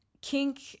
Kink